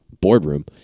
boardroom